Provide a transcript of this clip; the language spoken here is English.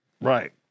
Right